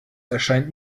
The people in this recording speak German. erscheint